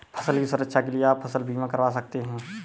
फसल की सुरक्षा के लिए आप फसल बीमा करवा सकते है